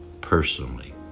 personally